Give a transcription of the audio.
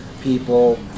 People